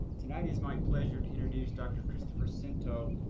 tonight it is my pleasure to introduce dr. christopher scinto,